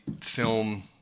film